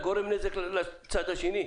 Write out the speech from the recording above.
אתה גורם נזק כלכלי לצד השני.